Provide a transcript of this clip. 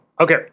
okay